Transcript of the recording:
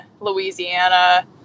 Louisiana